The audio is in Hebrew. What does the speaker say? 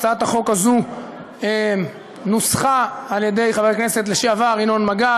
הצעת החוק הזאת נוסחה על-ידי חבר הכנסת לשעבר ינון מגל,